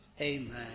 Amen